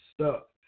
stuck